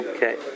Okay